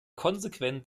konsequent